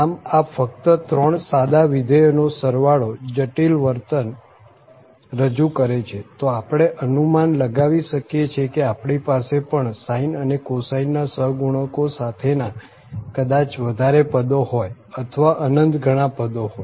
આમ આ ફક્ત ત્રણ સાદા વિધેયો નો સરવાળો જટિલ વર્તન રજુ કરે છે તો આપણે અનુમાન લગાવી શકીએ કે આપણી પાસે પણ sine અને cosine ના સહગુણકો સાથેના કદાચ વધારે પદો હોય અથવા અનંત ગણા પદો હોય